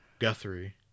guthrie